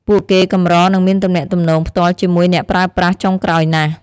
ពួកគេកម្រនឹងមានទំនាក់ទំនងផ្ទាល់ជាមួយអ្នកប្រើប្រាស់ចុងក្រោយណាស់។